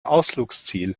ausflugsziel